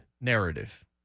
narrative